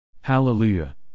Hallelujah